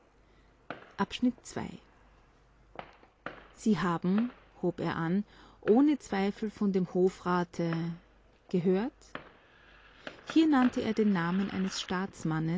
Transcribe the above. sie haben hob er an ohne zweifel von dem hofrate gehört hier nannte er den namen eines staatsmannes